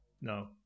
No